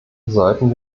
sollten